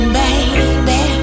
baby